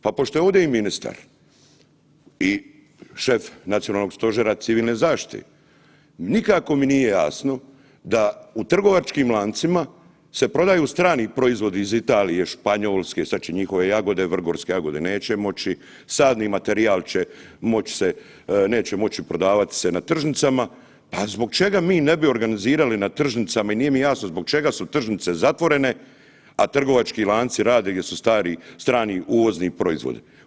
Pa, pošto je ovdje i ministar i šef Nacionalnog stožera civilne zaštite, nikako mi nije jasno da u trgovačkim lancima se prodaju strani proizvodi iz Italije, Španjolske, sad će njihove jagode, vrgorske jagode neće moći, sadni materijal će moći se, neće moći prodavati se na tržnicama, a zbog čega ne bi mi organizirali na tržnicama i nije mi jasno zbog čega su tržnice zatvorene, a trgovački lanci rade gdje su strani uvozni proizvodi?